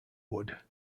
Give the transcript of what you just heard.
wood